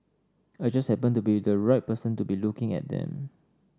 I just happened to be the right person to be looking at them